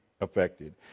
affected